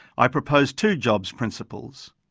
i propose two jobs principles.